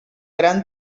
gran